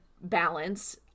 balance